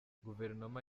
guverinoma